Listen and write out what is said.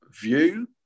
view